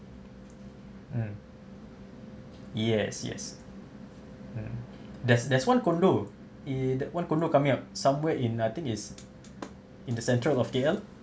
mm yes yes mm there's there's one condo eh that one condo coming up somewhere in I think is in the central of K_L